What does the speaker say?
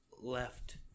left